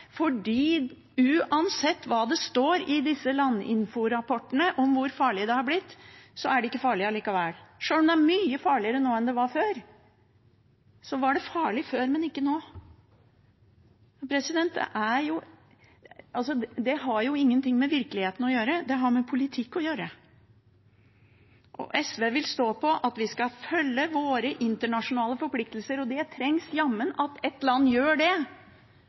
fordi uansett hva det står i disse Landinfo-rapportene om hvor farlig det har blitt, er det ikke farlig likevel. Sjøl om det er mye farligere nå enn det var før, så var det farlig før, men ikke nå. Det har jo ingenting med virkeligheten å gjøre, det har med politikk å gjøre. SV vil stå på at vi skal følge våre internasjonale forpliktelser, og det trengs jammen at et land gjør det